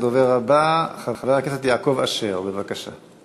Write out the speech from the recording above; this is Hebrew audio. הדובר הבא, חבר הכנסת יעקב אשר, בבקשה.